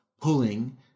pulling